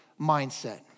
mindset